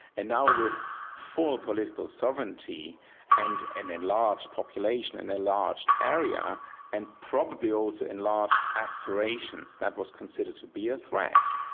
and now with full political sovereignty and an enlarged population and enlarged area and probably also enlarged aspirations, that was considered to be a threat.